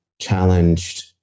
challenged